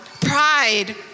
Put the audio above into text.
pride